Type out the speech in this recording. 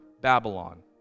Babylon